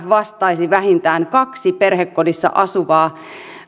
vastaisi vähintään kaksi perhekodissa asuvaa